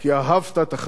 את המשפחה,